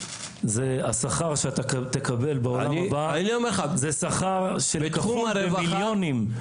השכר שאתה תקבל בעולם הבא זה שכר שלפחות ברווחה,